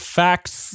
facts